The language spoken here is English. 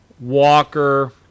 Walker